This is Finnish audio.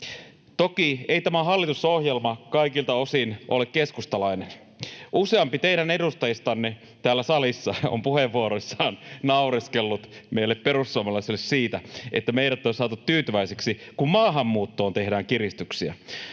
Toki ei tämä hallitusohjelma kaikilta osin ole keskustalainen. Useampi teidän edustajistanne täällä salissa on puheenvuoroissaan naureskellut meille perussuomalaisille siitä, että meidät on saatu tyytyväisiksi, kun maahanmuuttoon tehdään kiristyksiä.